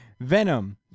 Venom